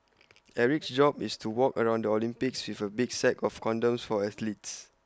Eric's job is to walk around Olympics with A big sack of condoms for athletes